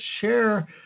Share